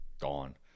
Gone